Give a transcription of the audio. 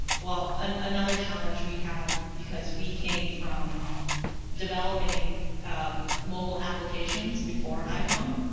well, and another challenge we had, because we came from developing um mobile applications before iphone.